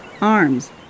arms